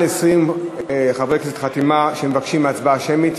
מ-20 חברי כנסת הגישו חתימה שהם מבקשים הצבעה שמית,